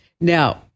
Now